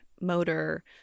motor